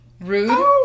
Rude